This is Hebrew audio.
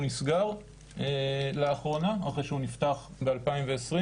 הוא נסגר לאחרונה אחרי שהוא נפתח ב-2020.